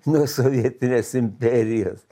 nuo sovietinės imperijos